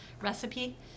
recipe